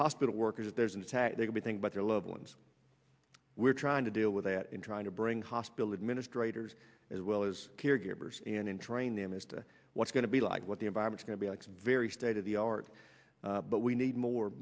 hospital workers if there's an attack they but their loved ones were trying to deal with that and trying to bring hospital administrators as well as caregivers and in training them as to what's going to be like what the environment going to be like very state of the art but we need more